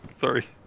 sorry